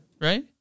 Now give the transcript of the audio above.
right